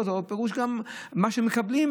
הפירוש הוא שמה שמקבלים,